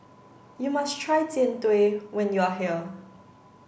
you must try Jian Dui when you are here